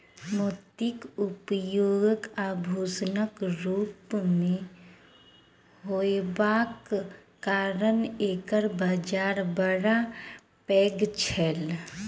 मोतीक उपयोग आभूषणक रूप मे होयबाक कारणेँ एकर बाजार बड़ पैघ छै